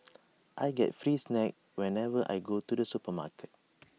I get free snacks whenever I go to the supermarket